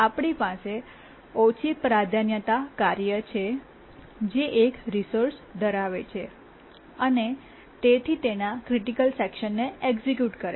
આપણી પાસે ઓછી પ્રાધાન્યતા કાર્ય છે જે એક રિસોર્સ ધરાવે છે અને તેથી તેના ક્રિટિકલ સેકશનને એક્સિક્યૂટ કરે છે